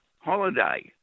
holiday